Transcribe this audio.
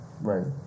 Right